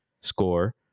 score